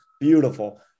Beautiful